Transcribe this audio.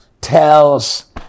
tells